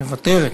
מוותרת.